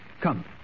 Come